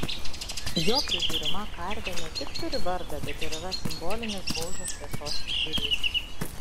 jo prižiūrima karvė ne tik turi vardą bet ir yra simbolinis baužio šviesos švyturys